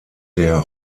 der